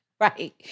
Right